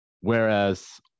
Whereas